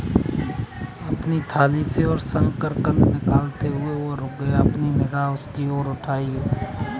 अपनी थाली से और शकरकंद निकालते हुए, वह रुक गया, अपनी निगाह उसकी ओर उठाई